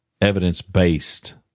evidence-based